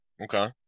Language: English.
Okay